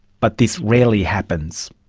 but this rarely happens.